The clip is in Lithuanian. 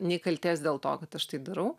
nei kaltės dėl to kad aš tai darau